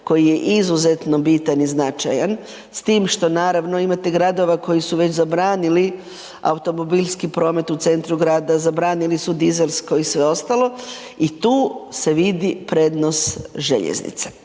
koji je izuzetno bitan i značajan s tim što naravno imate gradova koji su već zabranili automobilski promet u centru grada, zabranili dizelsko i sve ostalo i tu se vidi prednost željeznice.